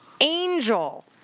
Angel